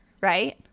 right